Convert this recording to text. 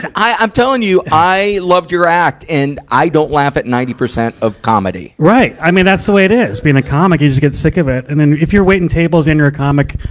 and i'm telling you, i loved your act. and i don't laugh at ninety percent of comedy. right. i mean, that's the way it is. being a comic, you just get sick of it. and then, if you're waiting tables and you're a comic,